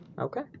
Okay